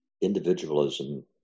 individualism